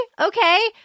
Okay